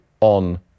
on